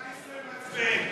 11, מצביעים.